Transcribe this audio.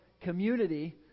community